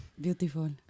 Beautiful